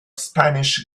spanish